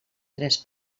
tres